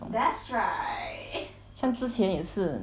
像之前也是那个什么三生三世 I think